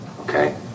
Okay